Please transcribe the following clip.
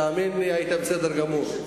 תאמין לי, היית בסדר גמור.